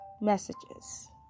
messages